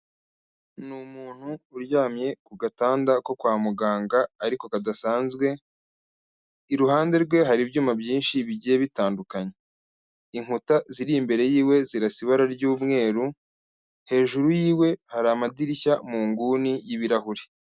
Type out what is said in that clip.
Ni umuntu uryamye ku gatanda ko kwa muganga ariko kadasanzwe, iruhande rwe hari ibyuma byinshi bigiye bitandukanye. Inkuta ziri imbere yiwe zirasa ibara ry'umweru, hejuru yiwe hari amadirishya mu nguni y'ibirahuri.